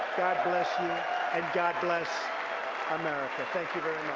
god bless you and god bless america. thank you very